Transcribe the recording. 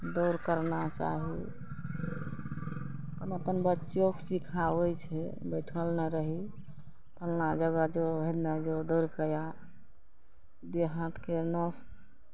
दौड़ करबाक चाही अपन अपन बच्चोके सिखाबै छै बैसल नहि रही फलना जगह जाउ हेन्ने जाउ दौड़के आ देह हाथके नस